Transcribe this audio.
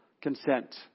consent